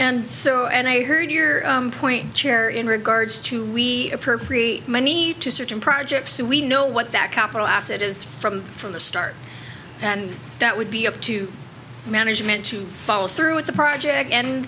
and so and i heard your point chair in regards to we appropriate money to certain projects so we know what that capital asset is from from the start and that would be up to management to follow through with the project and